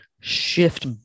shift